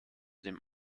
dem